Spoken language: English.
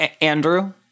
Andrew